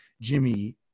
Jimmy